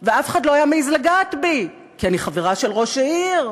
ואף אחד לא היה מעז לגעת בי כי אני חברה של ראש העיר,